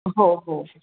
हो हो